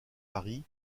paris